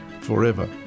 forever